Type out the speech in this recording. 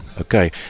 Okay